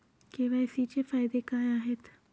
KYC चे फायदे काय आहेत?